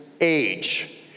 age